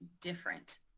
different